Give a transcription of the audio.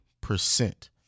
percent